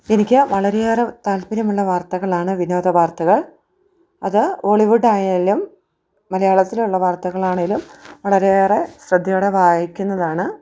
എനിക്ക് വളരെ ഏറെ താല്പര്യമുള്ള വാർത്തകളാണ് വിനോദ വാർത്തകൾ അത് ഹോളിവുഡ് ആയാലും മലയാളത്തിലുള്ള വാർത്തകളാണെങ്കിലും വളരെ ഏറെ ശ്രദ്ധയോടെ വായിക്കുന്നതാണ്